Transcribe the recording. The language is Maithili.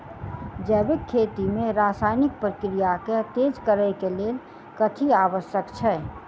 जैविक खेती मे रासायनिक प्रक्रिया केँ तेज करै केँ कऽ लेल कथी आवश्यक छै?